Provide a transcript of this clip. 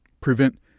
Prevent